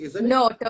No